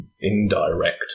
indirect